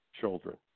children